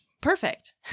Perfect